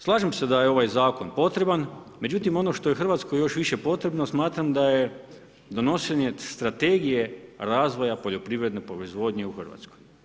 Slažem se da je ovaj zakon potreban, međutim ono što je Hrvatskoj još više potrebno smatram da je donošenje Strategije razvoja poljoprivredne proizvodnje u Hrvatskoj.